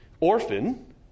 orphan